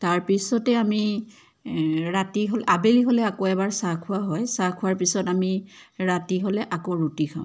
তাৰপিছতে আমি ৰাতি হ'লে আবেলি হ'লে আকৌ এবাৰ চাহ খোৱা হয় চাহ খোৱাৰ পিছত আমি ৰাতি হ'লে আকৌ ৰুটি খাওঁ